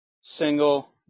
single